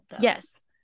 Yes